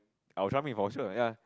I will drunk him for sure ya